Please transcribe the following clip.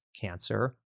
cancer